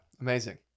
Amazing